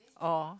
oh